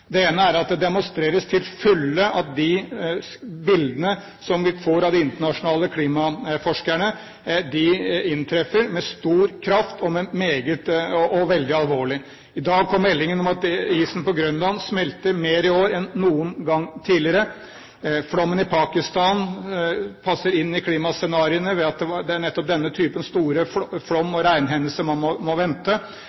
Det ene er at det demonstreres til fulle at de bildene som vi får av de internasjonale klimaforskerne, inntreffer med stor kraft og veldig alvorlig. I dag kom meldingen om at isen på Grønland smelter mer i år enn noen gang tidligere. Flommen i Pakistan passer inn i klimascenarioene ved at det er nettopp denne typen store flom-